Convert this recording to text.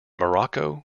morocco